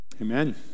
Amen